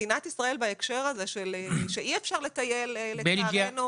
מדינת ישראל בהקשר הזה שאי אפשר לטייל לצערנו